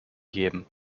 geben